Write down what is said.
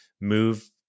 move